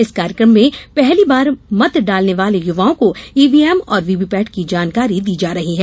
इस कार्यक्रम में पहली बार मत डालने वाले युवाओं को ईवीएम और वीवीपेट की जानकारी दी जा रही है